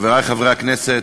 חברי חברי הכנסת,